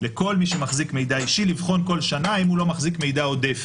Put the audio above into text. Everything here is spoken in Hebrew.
לכל מי שמחזיק מידע אישי לבחון כל שנה האם הוא לא מחזיק מידע עודף.